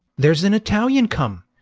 there's an italian come,